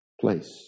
place